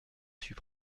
suis